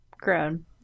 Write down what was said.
grown